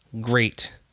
great